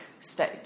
stage